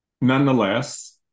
Nonetheless